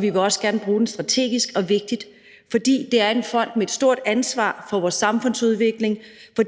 Vi vil også gerne bruge dem strategisk vigtigt. Det er en fond med et stort ansvar for vores samfundsudvikling,